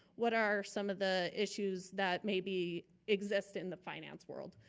what are some of the issues that maybe exist in the finance world?